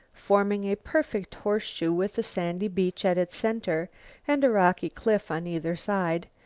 forming a perfect horseshoe with a sandy beach at its center and a rocky cliff on either side,